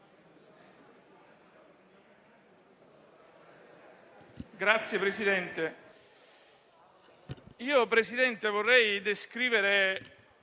Presidente, vorrei descrivere